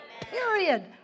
period